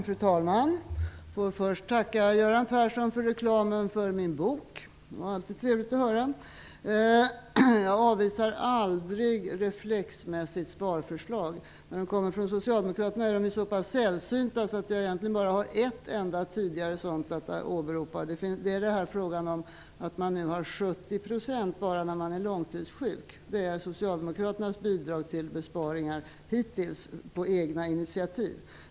Fru talman! Först vill jag tacka Göran Persson för reklamen för min bok. Sådant är alltid trevligt att höra. Jag avvisar aldrig reflexmässigt sparförslag. Men de som kommer från Socialdemokraterna är så sällsynta att jag endast har ett sådant tidigare att åberopa. Det gällde att man skulle ha bara 70 % i ersättning när man är långtidssjuk. Det är Socialdemokraternas bidrag hittills på eget initiativ till besparingar.